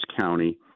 County